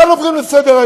כאן עוברים לסדר-היום,